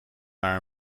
naar